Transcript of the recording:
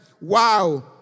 Wow